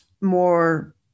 more